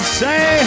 say